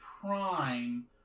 prime